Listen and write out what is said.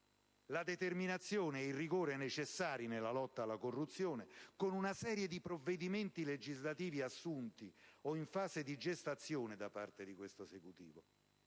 la determinazione e il rigore necessari nella lotta alla corruzione con una serie di provvedimenti legislativi assunto in fase di gestazione da parte di questo Esecutivo.